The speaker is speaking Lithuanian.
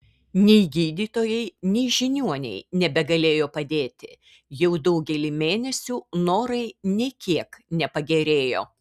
nei gydytojai nei žiniuoniai nebegalėjo padėti jau daugelį mėnesių norai nė kiek nepagerėjo